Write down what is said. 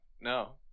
no